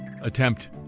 attempt